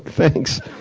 thanks,